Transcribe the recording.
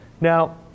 Now